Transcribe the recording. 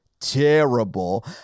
terrible